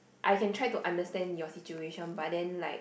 I can try to understand your situation but then like